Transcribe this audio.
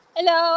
Hello